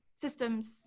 systems